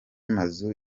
mazu